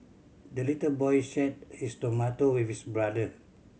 the little boy shared his tomato with his brother